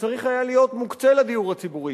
שצריך היה להיות מוקצה לדיור הציבורי,